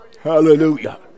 Hallelujah